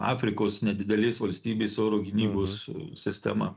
afrikos nedidelės valstybės oro gynybos sistema